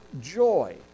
Joy